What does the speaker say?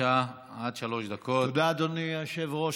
9950 ו-9957,